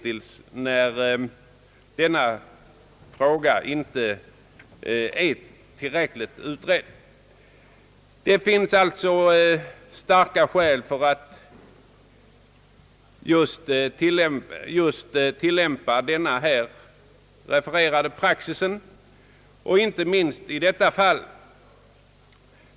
Det finns starka skäl att tillämpa denna praxis även i detta fall.